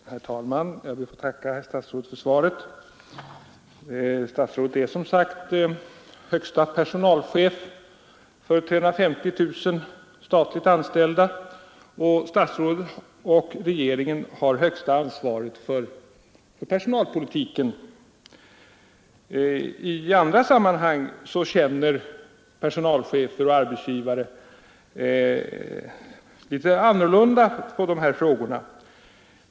Herr talman! Jag ber att få tacka herr statsrådet för svaret. Statsrådet är som sagt högsta personalchef för 450 000 statligt anställda, och statsrådet och regeringen har högsta ansvaret för personalpolitiken. I andra sammanhang ser personalchefer och arbetsgivare litet annor lunda på de här frågorna.